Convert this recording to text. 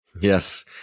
Yes